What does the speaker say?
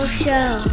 show